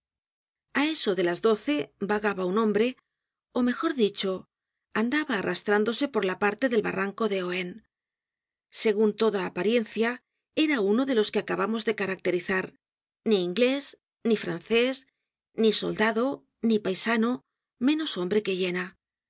a eso delas doce vagaba un hombre ó mejor dicho andaba arrastrándose por la parte del barranco de ohain segun toda apariencia era uno de los que acabamos de caracterizar ni inglés ni francés ni soldado ni paisano menos hombre que hiena